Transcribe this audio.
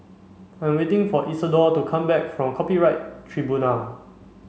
I am waiting for Isidor to come back from Copyright Tribunal